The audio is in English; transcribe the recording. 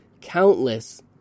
countless